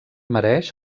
mereix